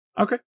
Okay